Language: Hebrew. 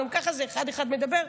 גם ככה אחד-אחד מדברים,